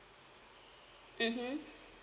mmhmm